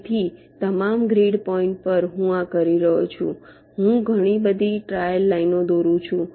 તેથી તમામ grid point પર હું આ કરી રહ્યો છું હું ઘણી બધી ટ્રાયલ લાઈનો દોરું છું